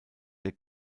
der